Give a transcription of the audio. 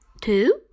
two